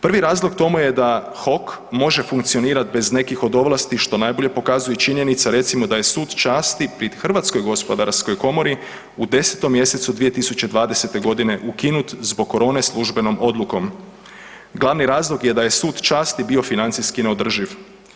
Prvi razlog tomu je da HOK može funkcionirati bez nekih od ovlasti što najbolje pokazuje činjenica recimo da je Sud časti pri HOK-u u 10. mjesecu 2020.g. ukinut zbog korone službenom odlukom, glavni razlog je da je Sud časti bio financijski neodrživ.